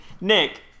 Nick